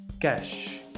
cash